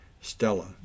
Stella